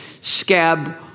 scab